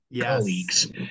colleagues